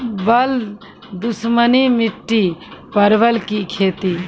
बल दुश्मनी मिट्टी परवल की खेती?